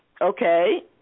okay